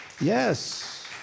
Yes